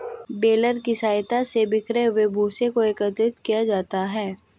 baler की सहायता से बिखरे हुए भूसे को एकत्रित किया जाता है